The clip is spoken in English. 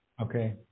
Okay